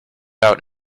out